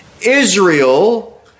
Israel